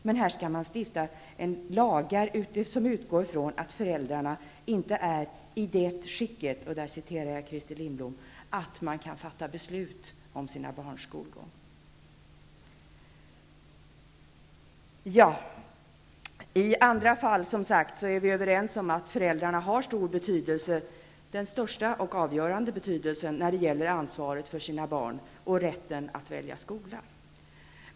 Men här skall man stifta lagar som utgår från att föräldrarna inte är ''i det skicket'' -- där citerar jag Christer Lindblom -- att de kan fatta beslut om sina barns skolgång. I andra fall är vi, som sagt, överens om att föräldrarna har stor betydelse -- den allra största betydelsen -- när det gäller ansvaret för sina barn och rätten att välja skola.